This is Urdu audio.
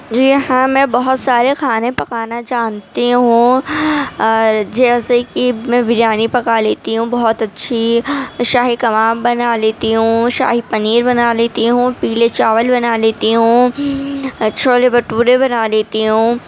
جی ہاں میں بہت سارے کھانے پکانا جانتی ہوں اور جیسے کہ میں بریانی پکا لیتی ہوں بہت اچھی شاہی کباب بنا لیتی ہوں شاہی پنیر بنا لیتی ہوں پیلے چاول بنا لیتی ہوں چھولے بٹورے بنا لیتی ہوں